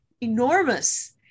enormous